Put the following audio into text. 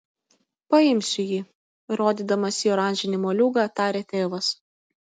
paimsiu jį rodydamas į oranžinį moliūgą tarė tėvas